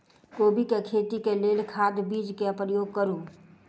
कोबी केँ खेती केँ लेल केँ खाद, बीज केँ प्रयोग करू?